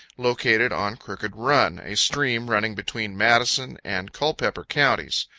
located on crooked run, a stream running between madison and culpepper counties.